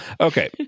Okay